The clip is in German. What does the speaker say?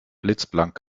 blitzblank